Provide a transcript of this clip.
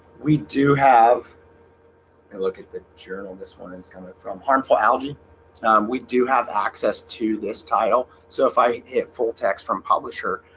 we do have a look at the journal. this one is kind of coming from harmful algae we do have access to this title so if i hit full-text from publisher,